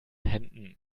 händen